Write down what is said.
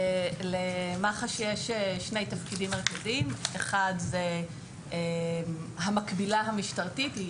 למח"ש יש שני תפקידים מרכזיים כאשר האחד הוא המקבילה המשטרתית שהיא